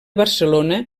barcelona